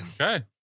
Okay